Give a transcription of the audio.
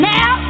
Now